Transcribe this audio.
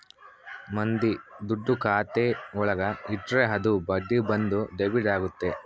ಮಂದಿ ದುಡ್ಡು ಖಾತೆ ಒಳಗ ಇಟ್ರೆ ಅದು ಬಡ್ಡಿ ಬಂದು ಡೆಬಿಟ್ ಆಗುತ್ತೆ